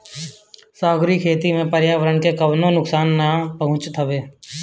सागरी खेती से पर्यावरण के कवनो नुकसान ना पहुँचत हवे